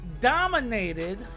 dominated